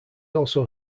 also